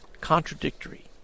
contradictory